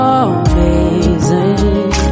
amazing